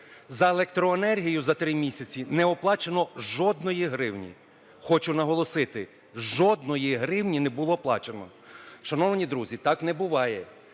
За електроенергію за 3 місяці не оплачено жодної гривні. Хочу наголосити: жодної гривні не було оплачено! Шановні друзі, так не буває.